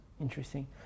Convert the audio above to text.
interesting